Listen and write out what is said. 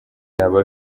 yaba